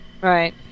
right